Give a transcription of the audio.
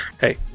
Hey